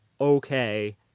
okay